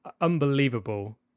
unbelievable